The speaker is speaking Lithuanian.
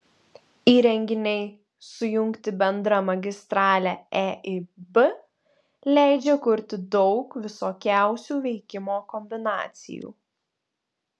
įrenginiai sujungti bendra magistrale eib leidžia kurti daug visokiausių veikimo kombinacijų